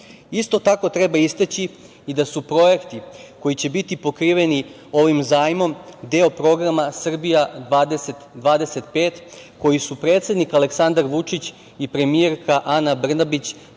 Isto tako treba istaći i da su projekti koji će biti pokriveni ovim zajmom deo programa Srbija 20-25 koji su predsednik Aleksandar Vučić i premijerka Ana Brnabić